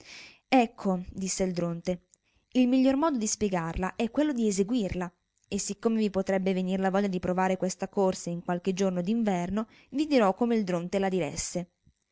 ecco disse il dronte il miglior modo di spiegarla è quello di eseguirla e siccome mi potrebbe venire la voglia di provare questa corsa in qualche giorno d'inverno vi dirò come il dronte la diresse